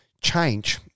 change